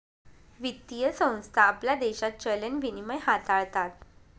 वित्तीय संस्था आपल्या देशात चलन विनिमय हाताळतात